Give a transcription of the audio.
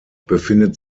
befindet